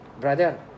brother